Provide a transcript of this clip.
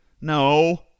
no